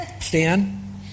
Stan